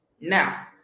Now